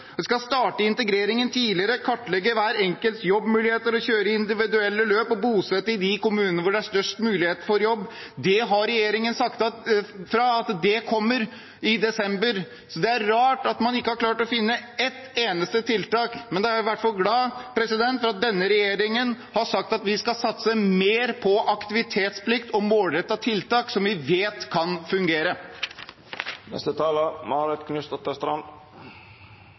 skal starte integreringen tidligere, kartlegge hver enkelts jobbmuligheter, kjøre individuelle løp og bosette i de kommunene hvor det er størst mulighet for jobb – det har regjeringen sagt kommer i desember. Det er rart at man ikke har klart å finne et eneste tiltak. Jeg er i hvert fall glad for at denne regjeringen har sagt at vi skal satse mer på aktivitetsplikt og målrettede tiltak som vi vet kan fungere.